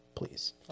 Please